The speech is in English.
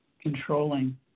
controlling